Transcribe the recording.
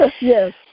Yes